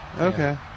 Okay